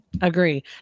agree